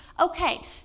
Okay